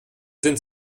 sind